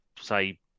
say